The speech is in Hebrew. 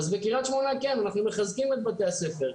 אז בקריית שמונה, כן, אנחנו מחזקים את בתי הספר.